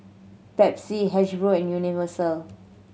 Pepsi Hasbro and Universal